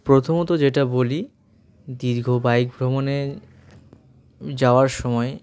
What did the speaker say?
প্রথমত যেটা বলি দীর্ঘ বাইক ভ্রমণে যাওয়ার সময়